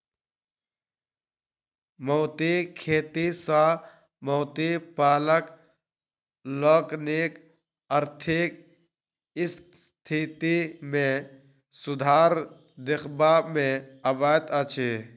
मोतीक खेती सॅ मोती पालक लोकनिक आर्थिक स्थिति मे सुधार देखबा मे अबैत अछि